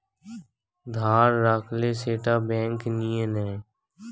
ধার রাখলে সেটা ব্যাঙ্ক নিয়ে নেয়